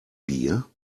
bier